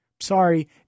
Sorry